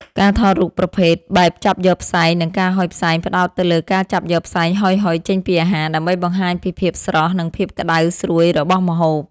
ការថតរូបប្រភេទ បែបចាប់យកផ្សែង និងការហុយផ្សែងផ្ដោតទៅលើការចាប់យកផ្សែងហុយៗចេញពីអាហារ ដើម្បីបង្ហាញពីភាពស្រស់ និងភាពក្ដៅស្រួយរបស់ម្ហូប។